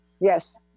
Yes